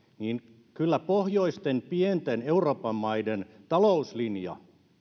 niin kyllä pohjoisten pienten euroopan maiden talouslinja